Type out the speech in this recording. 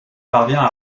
parvient